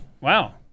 Wow